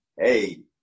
hey